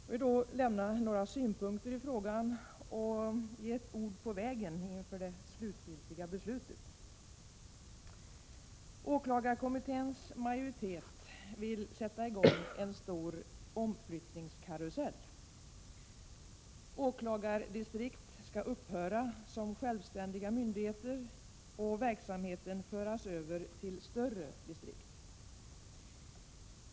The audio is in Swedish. Jag vill lämna några synpunkter i frågan och ge ord på vägen inför det slutgiltiga avgörandet. Åklagarkommitténs majoritet vill sätta i gång en stor omflyttningskarusell. Åklagardistrikt skall upphöra som självständiga myndigheter och verksamheten föras över till större distrikt.